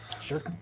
Sure